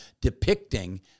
depicting